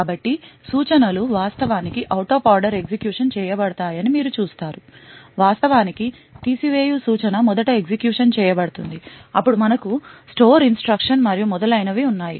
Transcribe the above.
కాబట్టి సూచనలు వాస్తవానికి out of order ఎగ్జిక్యూషన్ చేయబడతాయని మీరు చూస్తారు వాస్తవానికి తీసి వేయు సూచన మొదట ఎగ్జిక్యూషన్ చేయ బడుతుంది అప్పుడు మనకు స్టోర్ ఇన్స్ట్రక్షన్ మరియు మొదలైనవి ఉన్నాయి